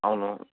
అవును